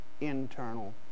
internal